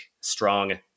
Strong